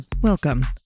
Welcome